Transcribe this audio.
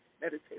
meditate